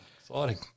Exciting